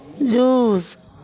रूस